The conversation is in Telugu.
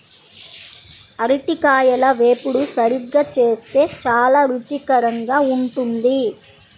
అరటికాయల వేపుడు సరిగ్గా చేస్తే చాలా రుచికరంగా ఉంటుంది